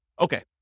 Okay